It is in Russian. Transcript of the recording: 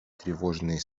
тревожные